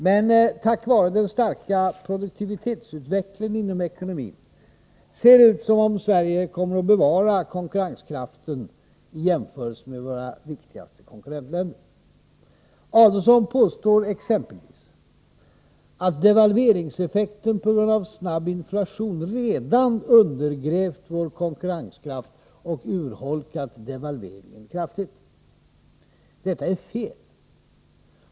Men tack vare den starka produktivitetsutvecklingen inom ekonomin ser det ut som om Sverige kommer att bevara konkurrenskraften, i jämförelse med våra viktigaste konkurrentländer. Ulf Adelsohn påstår exempelvis att devalveringseffekten på grund av snabb inflation redan har undergrävt vår konkurrenskraft och urholkat devalveringen kraftigt. Detta är fel.